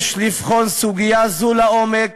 יש לבחון סוגיה זו לעומק